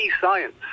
science